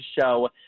show